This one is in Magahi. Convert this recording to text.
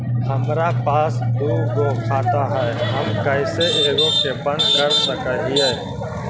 हमरा पास दु गो खाता हैं, हम कैसे एगो के बंद कर सक हिय?